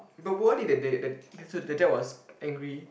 but what if the day the so the dad was angry